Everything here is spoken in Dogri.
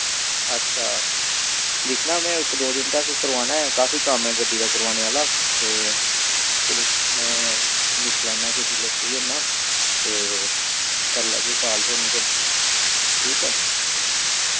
अच्छा दिक्खना मैं इक दो दिन तक करोआना ऐ काफी कम्म ऐ गड्डी दा करोआने आह्ला ते फिर मैं दिक्खी लैना फिर जिल्लै फ्री होन्ना ते करी लैगे काल थुहानू फिर ठीक ऐ